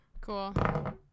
Cool